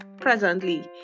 presently